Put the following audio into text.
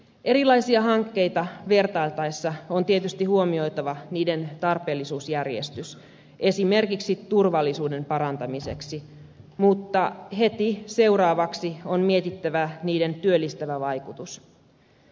erilaisia hankkeita vertailtaessa on tietysti huomioitava niiden tarpeellisuusjärjestys esimerkiksi turvallisuuden parantamiseksi mutta heti seuraavaksi on mietittävä niiden työllistävä vaikutus